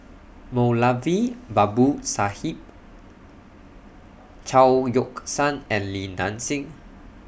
Moulavi Babu Sahib Chao Yoke San and Li Nanxing